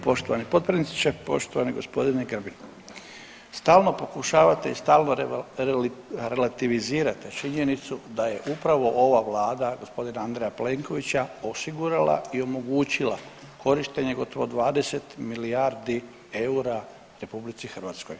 Poštovani potpredsjedniče, poštovani gospodine Grbin, stalno pokušavate i stalno relativizirate činjenicu da je upravo ova vlada gospodina Andreja Plenkovića osigurala i omogućila korištenje gotovo 20 milijardi eura RH.